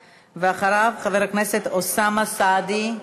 ואחריו, אוסאמה סעדי.